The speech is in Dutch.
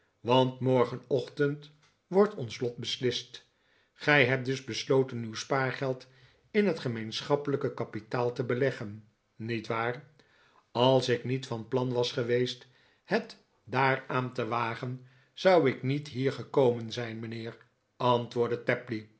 want morgenochtend wordt ons lot beslist gij hebt dus besloten uw spaargeld in het gemeenschappelijke kapitaal te beleggen niet waar ff als ik niet van plan was geweest het daaraan te wagen zou ik niet hier gekomen zijn mijnheer antwoordde tapley